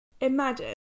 Imagine